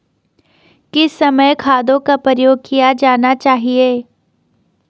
किस समय खादों का प्रयोग किया जाना चाहिए?